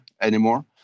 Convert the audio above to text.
anymore